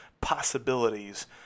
possibilities